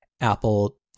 Apple